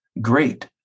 great